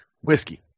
whiskey